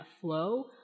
flow